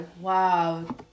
wow